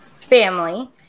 family